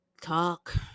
talk